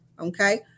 Okay